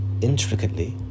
intricately